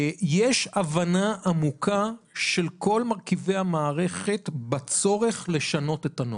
יש הבנה עמוקה של כל מרכיבי המערכת בצורך לשנות את הנורמות,